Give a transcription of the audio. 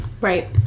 right